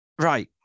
Right